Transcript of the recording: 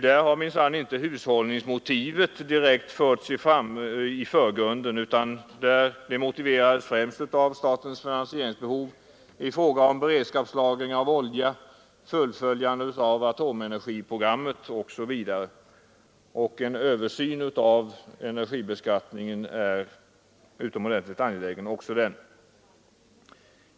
Där har minsann inte hushållningsmotivet skjutits i förgrunden, utan den motiveras främst av statens finansieringsbehov i fråga om beredskapslagring av olja, fullföljande av atomenergiprogrammet osv. En översyn av energibeskattningen är utomordentligt angelägen också den.